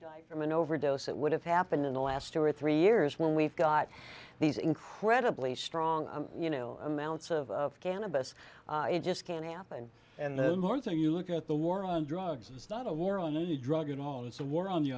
think from an overdose that would have happened in the last two or three years when we've got these incredibly strong you know amounts of cannabis it just can't happen and the more thing you look at the war on drugs it's not a war on drugs at all it's a war on the